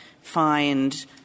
find